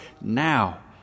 now